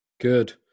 Good